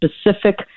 specific